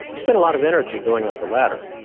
you spend a lot of energy going up the ladder,